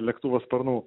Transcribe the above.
lėktuvo sparnų